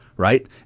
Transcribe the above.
Right